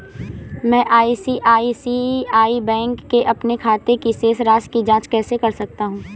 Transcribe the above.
मैं ICICI bank के अपने खाते की शेष राशि की जाँच कैसे कर सकता हूँ?